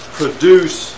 produce